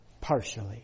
partially